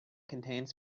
contains